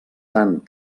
tant